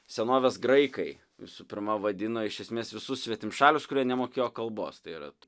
senovės graikai visų pirma vadino iš esmės visus svetimšalius kurie nemokėjo kalbos tai yra tu